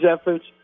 efforts